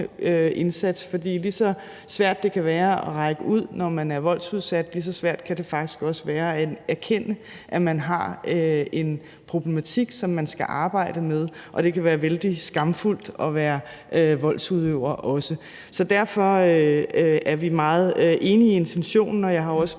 indsats. For lige så svært det kan være at række ud, når man er voldsudsat, lige så svært kan det faktisk også være at erkende, at man har en problematik, som man skal arbejde med, og det kan være vældig skamfuldt at være voldsudøver. Så derfor er vi meget enige i intention, og jeg har også